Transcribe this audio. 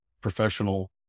professional